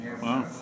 wow